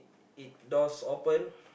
it doors open